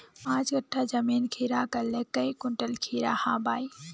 पाँच कट्ठा जमीन खीरा करले काई कुंटल खीरा हाँ बई?